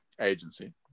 agency